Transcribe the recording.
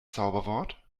zauberwort